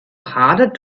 harder